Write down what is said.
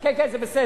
כן, כן, זה בסדר.